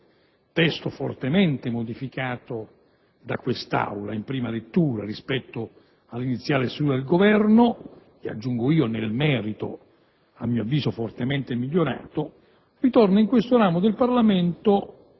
stato fortemente modificato da quest'Assemblea in prima lettura rispetto all'iniziale stesura del Governo e - aggiungo - nel merito, a mio avviso, fortemente migliorato, oggi torna in questo ramo del Parlamento